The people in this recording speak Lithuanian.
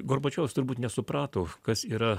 gorbačiovas turbūt nesuprato kas yra